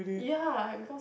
ya